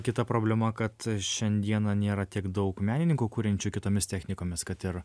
kita problema kad šiandieną nėra tiek daug menininkų kuriančių kitomis technikomis kad ir